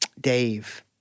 Dave